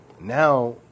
Now